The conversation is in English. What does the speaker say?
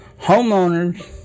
Homeowners